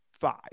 five